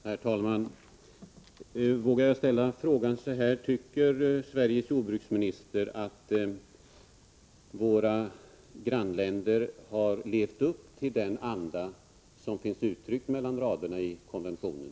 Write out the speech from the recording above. Herr talman! Vågar jag ställa frågan så här: Tycker Sveriges jordbruksminister att våra grannländer har levt upp till den anda som finns uttryckt mellan raderna i konventionen?